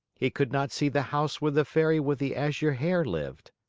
he could not see the house where the fairy with the azure hair lived.